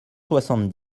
soixante